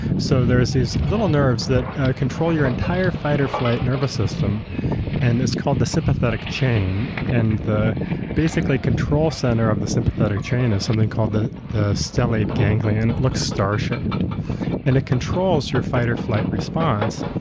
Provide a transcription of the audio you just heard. so there's these little nerves that control your entire fight or flight nervous system and is called the sympathetic chain. and the basically control center of the sympathetic chain is something called the the stellate ganglion it looks star shaped and it controls your fight or flight response.